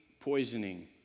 poisoning